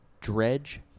Dredge